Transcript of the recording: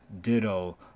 Ditto